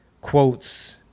quotes